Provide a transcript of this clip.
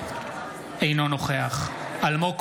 אינו נוכח אלמוג כהן,